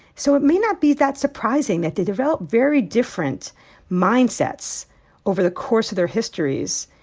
so it may not be that surprising that they develop very different mindsets over the course of their histories.